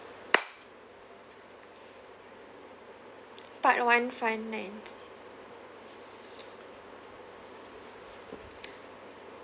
part one finance